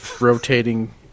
Rotating